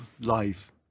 life